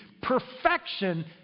perfection